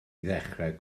ddechrau